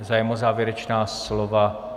Zájem o závěrečná slova?